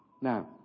Now